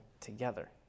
together